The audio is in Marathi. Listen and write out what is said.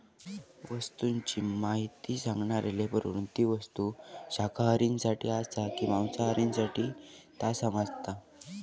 वस्तूची म्हायती सांगणाऱ्या लेबलावरून ती वस्तू शाकाहारींसाठी आसा काय मांसाहारींसाठी ता समाजता